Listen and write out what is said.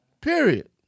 Period